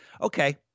Okay